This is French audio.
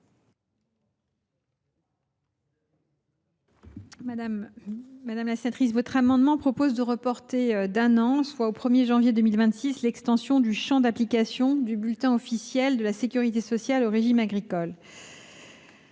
Madame la sénatrice, votre amendement vise à reporter d’un an, soit au 1 janvier 2026, l’extension du champ d’application du bulletin officiel de la sécurité sociale au régime agricole.